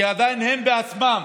כי הם בעצמם